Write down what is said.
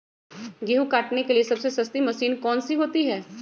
गेंहू काटने के लिए सबसे सस्ती मशीन कौन सी होती है?